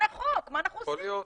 אז בוא נשנה חוק, מה אנחנו עושים פה?